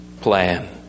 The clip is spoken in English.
plan